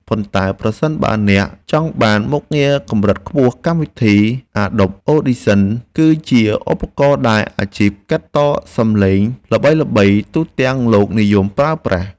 ប៉ុន្តែប្រសិនបើអ្នកចង់បានមុខងារកម្រិតខ្ពស់កម្មវិធីអាដុប អូឌីសិនគឺជាឧបករណ៍ដែលអាជីពកាត់តសំឡេងល្បីៗទូទាំងលោកនិយមប្រើប្រាស់។